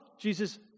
Jesus